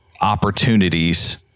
opportunities